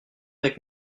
avec